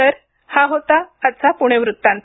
तर हा होता आजचा पुणे वृत्तांत